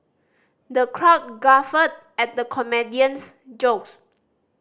the crowd guffawed at the comedian's jokes